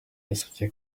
yasabye